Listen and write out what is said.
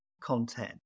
content